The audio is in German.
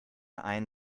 ein